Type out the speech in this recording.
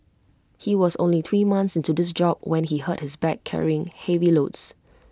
he was only three months into his job when he hurt his back carrying heavy loads